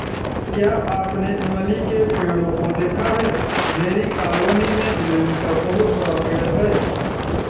क्या आपने इमली के पेड़ों को देखा है मेरी कॉलोनी में इमली का बहुत बड़ा पेड़ है